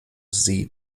sie